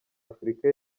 afurika